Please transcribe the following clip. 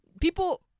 people